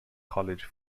college